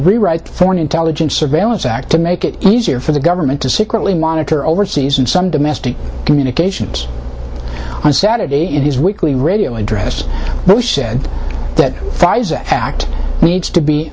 rewrite the foreign intelligence surveillance act to make it easier for the government to secretly monitor overseas and some domestic communications on saturday in his weekly radio address those said that pfizer act needs to be